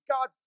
God